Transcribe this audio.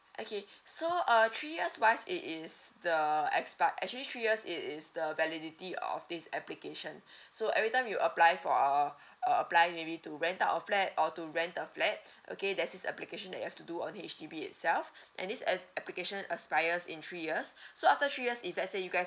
okay so uh three years wise it is the expi~ actually three years it is the validity of this application so every time you apply for a uh apply maybe to rent out a flat or to rent the flat okay there's this application that you have to do on H_D_B itself and this as application expires in three years so after three years if let's say you guys